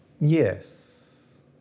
Yes